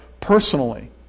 personally